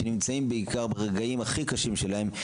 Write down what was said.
שנמצאים בעיקר ברגעים הכי קשים שלהם,